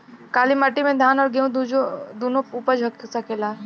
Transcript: काली माटी मे धान और गेंहू दुनो उपज सकेला?